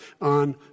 on